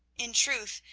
in truth,